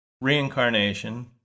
reincarnation